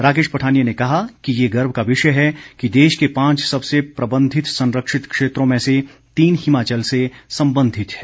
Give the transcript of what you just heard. राकेश पठानिया ने कहा कि ये गर्व का विषय है कि देश के पांच सबसे अच्छे प्रबंधित संरक्षित क्षेत्रों में से तीन हिमाचल से संबंधित हैं